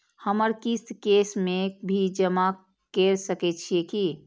हमर किस्त कैश में भी जमा कैर सकै छीयै की?